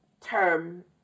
term